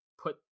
put